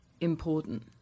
important